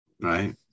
right